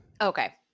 Okay